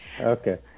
Okay